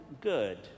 good